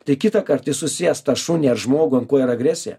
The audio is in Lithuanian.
tai kitąkart susiės tą šunį ar žmogų ant ko yra agresiją